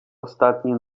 ostatnie